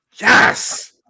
yes